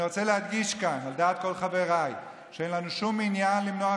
אני רוצה להדגיש כאן על דעת כל חבריי: אין לנו שום עניין למנוע,